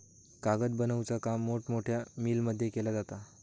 कागद बनवुचा काम मोठमोठ्या मिलमध्ये केला जाता